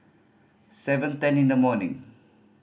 seven ten in the morning